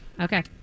okay